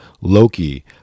Loki